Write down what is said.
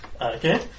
Okay